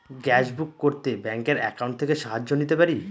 Gas book করতে ব্যাংকের account থেকে সাহায্য নিতে পারি?